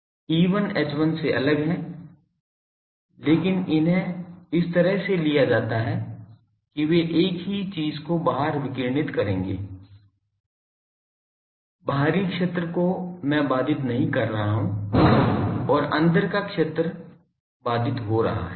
E1 H1 से अलग है लेकिन इन्हें इस तरह से लिया जाता है कि वे एक ही चीज को बाहर विकिरित करेंगे बाहरी क्षेत्र को मैं बाधित नहीं कर रहा हूं और अंदर क्षेत्र बाधित हो रहा है